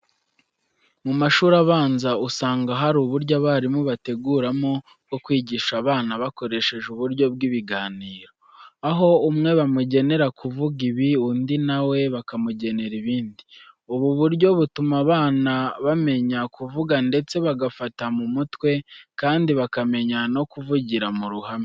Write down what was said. Mu mashuri abanza usanga hari uburyo abarimu bateguramo bwo kwigisha abana bakoresheje uburyo bw'ibiganiro. Aho umwe bamugenera kuvuga ibi, undi na we bakamugenera ibindi. Ubu buryo butuma bana bamenya kuvuga ndetse bagafata mu mutwe kandi bakamenya no kuvugira mu ruhame.